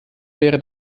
wäre